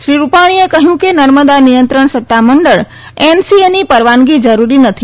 શ્રી રૂપાણીએ કહ્યું કે નર્મદા નિયંત્રણ સતામંડળ એનસીએ ની પરવાનગી જરૂરી નથી